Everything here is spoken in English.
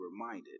reminded